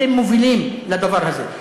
אתם מובילים לדבר הזה.